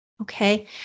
okay